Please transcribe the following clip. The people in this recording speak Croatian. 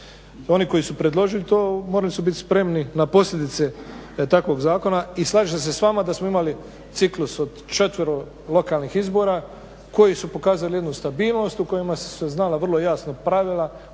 Oni koji su predložili to morali su biti spremni na posljedice takvog zakona i slažem se s vama da smo imali ciklus od 4 lokalnih izbora koji su pokazali jednu stabilnost, u kojima su se znala vrlo jasno pravila